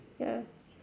ya